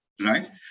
right